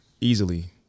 easily